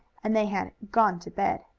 and they had gone to bed.